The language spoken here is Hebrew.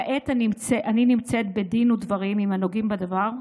כעת אני נמצאת בדין ודברים עם הנוגעים בדבר,